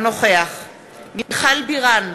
אינו נוכח מיכל בירן,